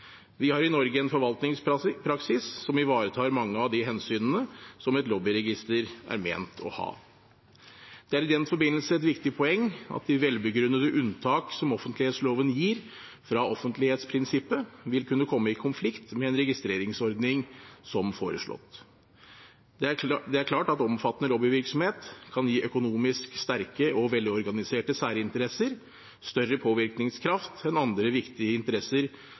Vi har i Norge en forvaltningspraksis som ivaretar mange av de hensynene som et lobbyregister er ment å ha. Det er i den forbindelse et viktig poeng at de velbegrunnede unntak som offentlighetsloven gir fra offentlighetsprinsippet, vil kunne komme i konflikt med en registreringsordning som foreslått. Det er klart at omfattende lobbyvirksomhet kan gi økonomisk sterke og velorganiserte særinteresser større påvirkningskraft enn andre viktige interesser